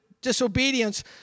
disobedience